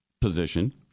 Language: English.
position